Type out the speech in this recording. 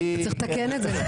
צריך לתקן את זה.